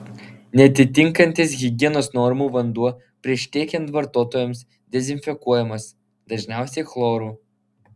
neatitinkantis higienos normų vanduo prieš tiekiant vartotojams dezinfekuojamas dažniausiai chloru